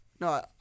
No